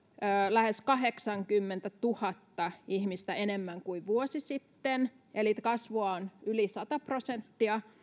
lähes kahdeksankymmentätuhatta ihmistä enemmän kuin vuosi sitten eli kasvua on yli sata prosenttia